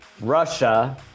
Russia